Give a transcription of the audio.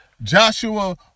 Joshua